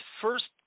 first